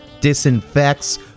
disinfects